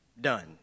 done